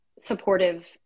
supportive